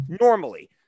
normally